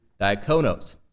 diakonos